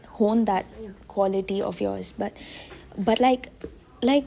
hone that quality of yours but like like